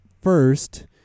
First